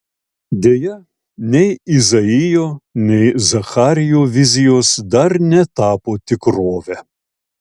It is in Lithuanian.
deja nei izaijo nei zacharijo vizijos dar netapo tikrove